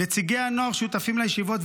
נציגי הנוער שותפים לישיבות,